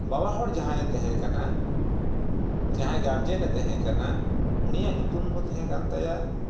ᱵᱟᱵᱟᱦᱚᱲ ᱡᱟᱦᱟᱸᱭᱮ ᱛᱮᱦᱮᱸ ᱠᱟᱱᱟ ᱡᱟᱦᱟᱸᱭ ᱜᱟᱨᱡᱮᱱ ᱮ ᱛᱮᱦᱮᱸ ᱠᱟᱱᱟ ᱩᱱᱤᱭᱟᱜ ᱧᱩᱛᱩᱢᱫᱚ ᱛᱮᱦᱮᱸ ᱠᱟᱱ ᱛᱟᱭᱟ